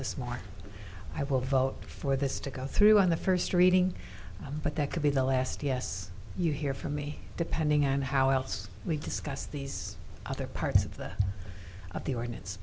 this more i will vote for this to go through on the first reading but that could be the last yes you hear from me depending on how else we discuss these other parts of the of the ordinance